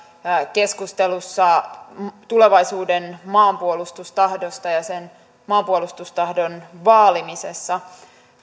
keskustelussa tulevaisuuden maanpuolustustahdosta ja sen maanpuolustustahdon vaalimisessa